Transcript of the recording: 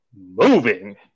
moving